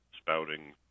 spouting